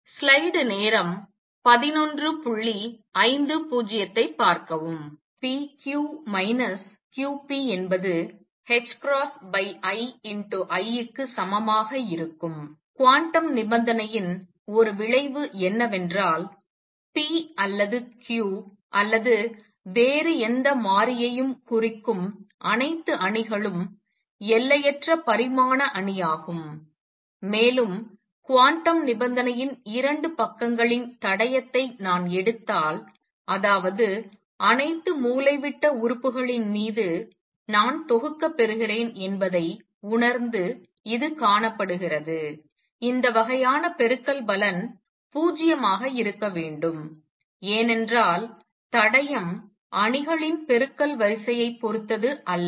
p q q p என்பது iI க்கு சமமாக இருக்கும் க்வாண்டம் நிபந்தனையின் ஒரு விளைவு என்னவென்றால் p அல்லது q அல்லது வேறு எந்த மாறியையும் குறிக்கும் அனைத்து அணிகளும் எல்லையற்ற பரிமாண அணியாகும் மேலும் குவாண்டம் நிபந்தனையின் 2 பக்கங்களின் தடயத்தை நான் எடுத்தால் அதாவது அனைத்து மூலைவிட்ட உறுப்புகளின் மீது நான் தொகுக்கப்பெறுகிறேன் என்பதை உணர்ந்து இது காணப்படுகிறது இந்தவகையான பெருக்கல் பலன் 0 ஆக இருக்க வேண்டும் ஏனென்றால் தடயம் அணிகளின் பெருக்கல் வரிசையைப் பொறுத்தது அல்ல